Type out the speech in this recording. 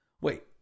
Wait